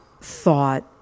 thought